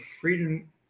freedom